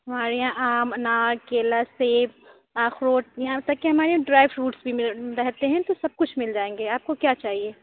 ہمارے یہاں آم انار کیلا سیب آخروٹ یہاں تک کہ ہمارے یہاں ڈرائی فروٹس مل رہتے ہیں تو سب کچھ مل جائیں گے آپ کو کیا چاہیے